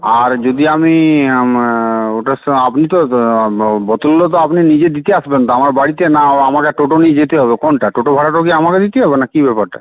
আর যদি আমি ওটার স আপনি তো বোতলগুলো তো আপনি তো নিজে দিতে আসবেন তো আমার বাড়িতে না আমাকে টোটো নিয়ে যেতে হবে কোনটা টোটো ভাড়াটাও কি আমাকে দিতে হবে না কী ব্যাপারটা